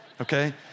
Okay